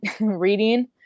reading